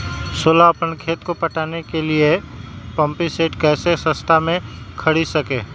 सोलह अपना खेत को पटाने के लिए पम्पिंग सेट कैसे सस्ता मे खरीद सके?